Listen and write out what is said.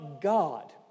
God